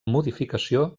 modificació